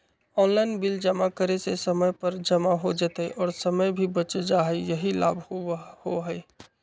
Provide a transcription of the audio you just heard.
Online bill जमा करे से समय पर जमा हो जतई और समय भी बच जाहई यही लाभ होहई?